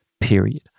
period